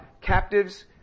captives